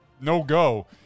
no-go